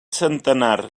centenar